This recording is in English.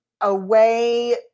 away